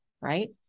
Right